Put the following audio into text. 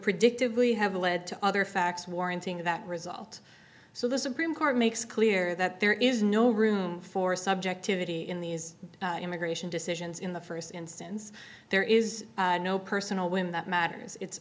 predictably have led to other facts warranting that result so the supreme court makes clear that there is no room for subjectivity in these immigration decisions in the first instance there is no personal whim that matters it